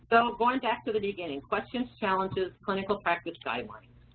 so going back to the beginning, questions, challenges, clinical practice guidelines.